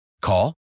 Call